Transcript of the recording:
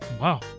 Wow